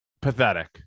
Pathetic